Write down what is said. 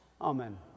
Amen